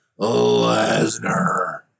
Lesnar